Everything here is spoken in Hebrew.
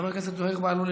חבר הכנסת זוהיר בהלול,